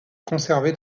conserver